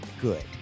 good